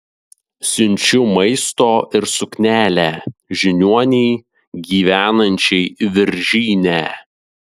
siunčiu maisto ir suknelę žiniuonei gyvenančiai viržyne